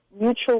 mutual